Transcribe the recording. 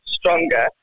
stronger